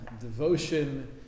devotion